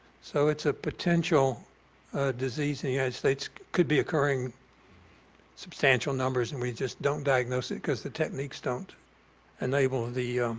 so it's a potential disease and united states, it could be occurring substantial numbers and we just don't diagnose it because the techniques don't enable the